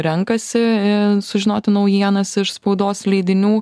renkasi sužinoti naujienas iš spaudos leidinių